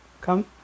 Come